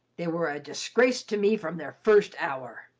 they were a disgrace to me from their first hour!